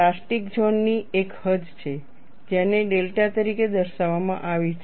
plastic zone ની એક હદ છે જેને ડેલ્ટા તરીકે દર્શાવવામાં આવી છે